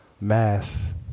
mass